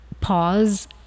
pause